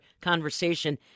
conversation